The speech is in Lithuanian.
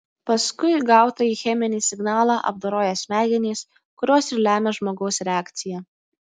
paskui gautąjį cheminį signalą apdoroja smegenys kurios ir lemia žmogaus reakciją